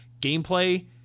gameplay